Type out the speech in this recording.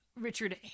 Richard